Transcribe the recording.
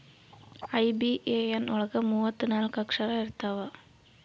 IBAN ಒಳಗ ಮೂವತ್ತು ನಾಲ್ಕ ಅಕ್ಷರ ಇರ್ತವಾ